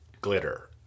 glitter